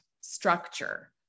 structure